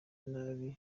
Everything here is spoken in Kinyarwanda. nabi